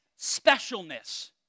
specialness